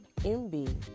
MB